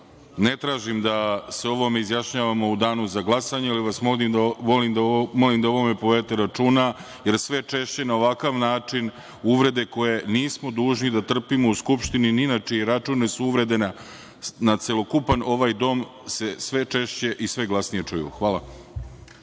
tražim da se o ovome izjašnjavamo u danu za glasanje, ali vas molim da o ovome povedemo računa, jer sve češće na ovakav način, uvrede koje nismo dužni da trpimo u skupštini, ni na čiji račun, su uvrede na celokupan ovaj dom i sve češće i sve glasnije se čuju. Hvala.